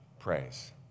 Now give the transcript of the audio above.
praise